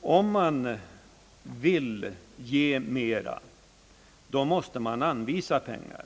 Om man vill ge mera, herr Björk, måste man anvisa pengar.